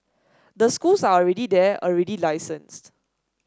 the schools are already there already licensed